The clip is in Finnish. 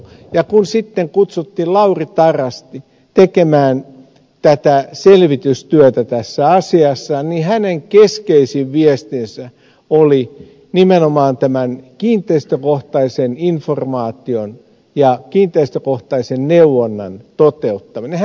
kun sitten kutsuttiin lauri tarasti tekemään tätä selvitystyötä tässä asiassa niin hänen keskeisin viestinsä oli nimenomaan tämän kiinteistökohtaisen informaation ja kiinteistökohtaisen neuvonnan toteuttaminen